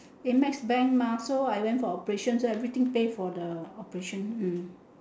A_M_E_X bank mah so I went for operations everything pay for the operation hmm